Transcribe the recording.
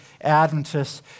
Adventists